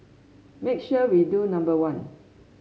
make sure we do number one